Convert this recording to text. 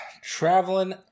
traveling